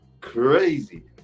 crazy